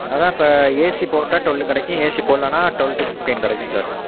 அதான் இப்போ ஏசி போட்டா டுவல்லு கிடைக்கும் ஏசி போடல்லன்னா டுவல் டூ ஃபிஃப்ட்டின் கிடைக்கும் சார்